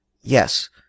Yes